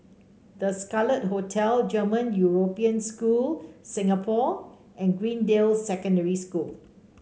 The Scarlet Hotel German European School Singapore and Greendale Secondary School